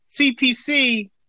CPC